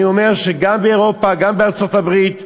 אני אומר שגם באירופה, גם בארצות-הברית,